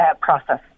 process